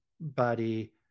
body